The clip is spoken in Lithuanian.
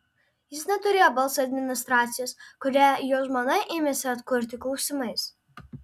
jis neturėjo balso administracijos kurią jo žmona ėmėsi atkurti klausimais